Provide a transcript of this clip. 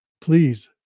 please